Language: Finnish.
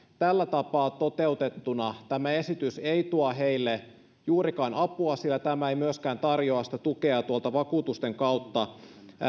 tällä tapaa toteutettuna tämä esitys ei tuo heille juurikaan apua sillä tämä ei myöskään tarjoa sitä tukea tuolta vakuutusten kautta